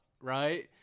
right